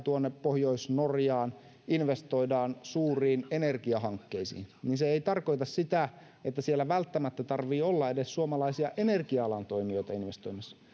pohjois norjaan investoidaan suuriin energiahankkeisiin niin se ei tarkoita sitä että siellä välttämättä tarvitsee olla edes suomalaisia energia alan toimijoita investoimassa